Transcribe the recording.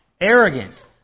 arrogant